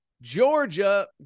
Georgia